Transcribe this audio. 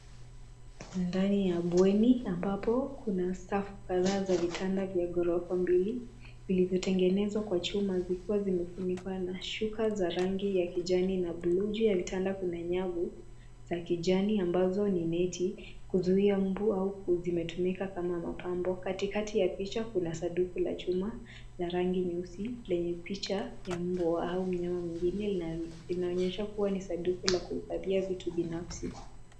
Ndani ya bweni ambapo kuna safu kadhaa za vitanda vya ghorofa mbili, vilivyotengenezwa kwa chuma vikiwa zimefunikwa na shuka za rangi ya kijani na buluu. Juu ya vitanda kuna nyavu za kijani ambazo ni neti kuzuia mbu au zimetumika kama mapambo. Katikati ya picha kuna sanduku la chuma la rangi nyeusi lenye picha ya mbwa au mnyama mwingine, hii inaonyesha kuwa ni sanduku la kuhufadhia vitu binafsi.